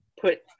put